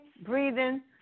breathing